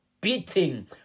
beating